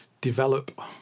develop